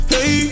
Hey